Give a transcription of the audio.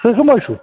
تُہۍ کَم حظ چھُو